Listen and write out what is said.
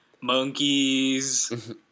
Monkeys